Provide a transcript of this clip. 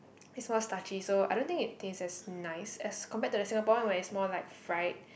is more starchy so I don't think it taste as nice as compared to the Singapore one where is more like fried